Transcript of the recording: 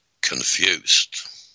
confused